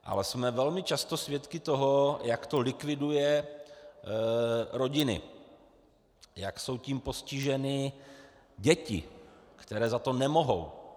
Ale jsme velmi často svědky toho, jak to likviduje rodiny, jak jsou tím postiženy děti, které za to nemohou.